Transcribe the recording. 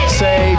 say